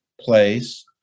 place